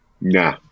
Nah